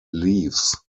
leaves